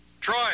Troy